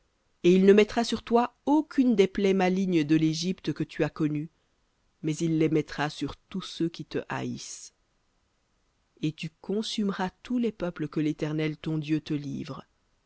et il ne mettra sur toi aucune des plaies malignes de l'égypte que tu as connues mais il les mettra sur tous ceux qui te haïssent et tu consumeras tous les peuples que l'éternel ton dieu te livre